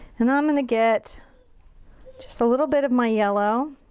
and i'm gonna get just a little bit of my yellow.